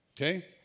Okay